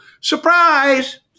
surprise